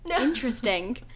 Interesting